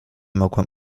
mogłem